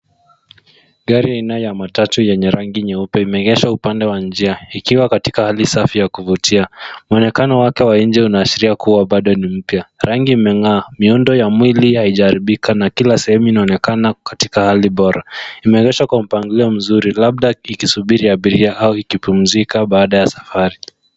Gari aina ya matatu yenye rangi nyeupe imeegeshwa upande wa njia ikiwa katika hali safi ya kuvutia. Monekano wake wa nje unaashiria kuwa bado ni mpya. Rangi imeng'aa. Miundo ya mwili haijaharibika na kila sehemu inaonekana katika hali bora. Imeegeshwa kwa mpangilio mzuri labda ikisubiri abiria au ikipumzika baada ya safari.